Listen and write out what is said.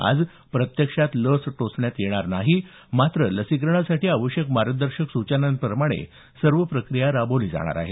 आज प्रत्यक्षात लस टोचण्यात येणार नाही मात्र लसीकरणासाठी आवश्यक मार्गदर्शक सूचनांप्रमाणे सर्व प्रक्रिया राबवली जाणार आहे